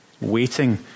waiting